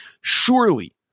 Surely